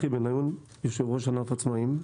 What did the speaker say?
אני יושב-ראש ענף העצמאיים,